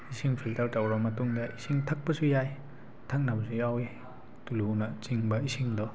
ꯏꯁꯤꯡ ꯐꯤꯜꯇꯔ ꯇꯧꯔ ꯃꯇꯨꯡꯗ ꯏꯁꯤꯡ ꯊꯛꯄꯁꯨ ꯌꯥꯏ ꯊꯛꯅꯕꯁꯨ ꯌꯥꯎꯋꯤ ꯇꯨꯂꯨꯅ ꯆꯤꯡꯕ ꯏꯁꯤꯡꯗꯣ